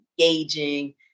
engaging